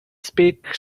speak